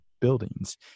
buildings